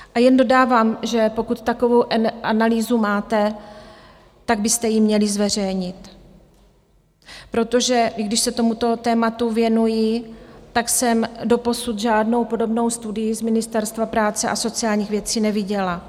A jen dodávám, že pokud takovou analýzu máte, tak byste ji měli zveřejnit, protože i když se tomuto tématu věnuji, tak jsem doposud žádnou podobnou studii z Ministerstva práce a sociálních věcí neviděla.